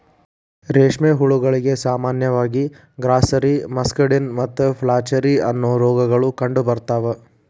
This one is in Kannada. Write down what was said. ರೇಷ್ಮೆ ಹುಳಗಳಿಗೆ ಸಾಮಾನ್ಯವಾಗಿ ಗ್ರಾಸ್ಸೆರಿ, ಮಸ್ಕಡಿನ್ ಮತ್ತು ಫ್ಲಾಚೆರಿ, ಅನ್ನೋ ರೋಗಗಳು ಕಂಡುಬರ್ತಾವ